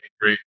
great